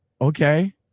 okay